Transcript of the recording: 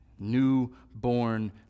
Newborn